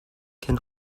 can